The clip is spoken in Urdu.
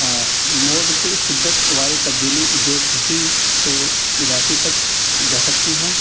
موڈ کے شدت والی تبدیلی جو خوشی سے اداسی تک جا سکتی ہے